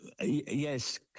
yes